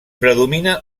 predomina